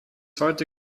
heute